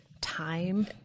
time